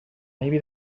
maybe